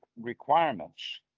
requirements